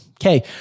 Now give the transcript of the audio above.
Okay